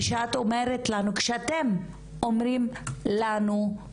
כשאתן אומרות לנו אנחנו